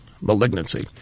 malignancy